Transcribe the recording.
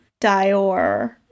Dior